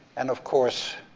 and of course,